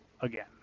again